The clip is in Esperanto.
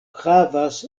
havas